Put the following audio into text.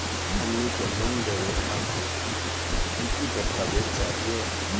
हमनी के लोन लेवे खातीर की की दस्तावेज चाहीयो?